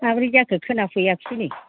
माबोरै जाखो खोनाफैयाखिसै नै